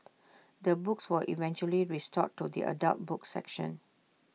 the books were eventually restored to the adult books section